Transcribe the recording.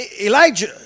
Elijah